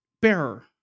bearer